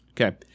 Okay